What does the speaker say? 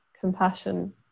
compassion